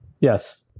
yes